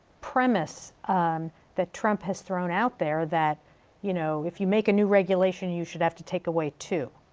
premise that trump has thrown out there that you know if you make a new regulation you should have to take away two.